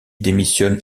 démissionne